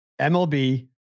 MLB